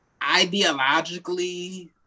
ideologically